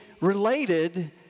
related